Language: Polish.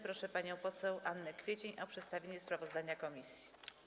Proszę panią poseł Annę Kwiecień o przedstawienie sprawozdania komisji.